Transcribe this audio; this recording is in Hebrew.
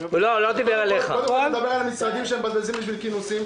אתה כל הזמן מדבר על משרדים שמבזבזים בכינוסים.